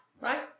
right